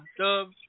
Dub